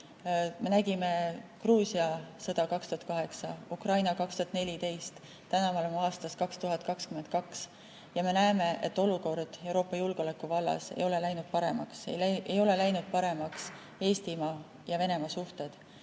me nägime Gruusia sõda 2008, Ukraina 2014. Täna me oleme aastas 2022 ja me näeme, et olukord Euroopa julgeoleku vallas ei ole läinud paremaks. Ei ole läinud paremaks Eestimaa ja Venemaa suhted.